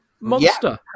Monster